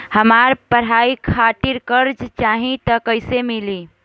हमरा पढ़ाई खातिर कर्जा चाही त कैसे मिली?